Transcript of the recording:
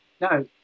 No